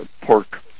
pork